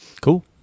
cool